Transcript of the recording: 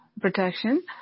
protection